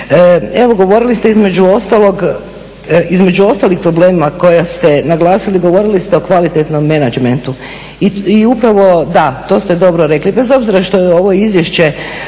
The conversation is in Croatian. Uvaženi kolega Borić, između ostalih problema koje ste naglasili govorili ste o kvalitetnom menadžmentu i upravo da, to ste dobro rekli, bez obzira što je ovo izvješće